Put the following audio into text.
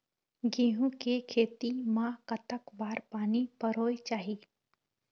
गेहूं के खेती मा कतक बार पानी परोए चाही?